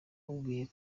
namubwiye